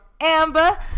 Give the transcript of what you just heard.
Amber